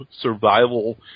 survival